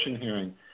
hearing